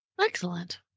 Excellent